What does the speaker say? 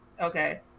okay